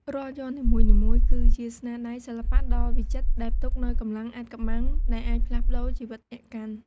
រាល់យ័ន្តនីមួយៗ គឺជាស្នាដៃសិល្បៈដ៏វិចិត្រ ដែលផ្ទុកនូវកម្លាំងអាថ៌កំបាំង ដែលអាចផ្លាស់ប្ដូរជីវិតអ្នកកាន់។